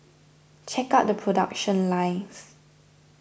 check out the production lines